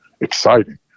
exciting